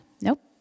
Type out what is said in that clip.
Nope